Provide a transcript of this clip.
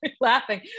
Laughing